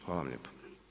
Hvala vam lijepo.